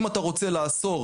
אם אתה רוצה לאסור,